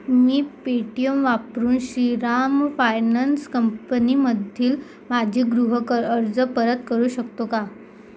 मी Paytm वापरून Shriram finance कंपनीमधील माझे गृहकर्ज परत करू शकतो का